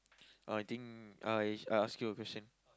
oh I think I ask you a question